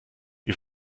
wir